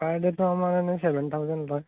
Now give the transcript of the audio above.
পাৰ ডে'টো আমাৰ এনেই ছেভেন থাউছেণ্ড লয়